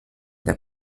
der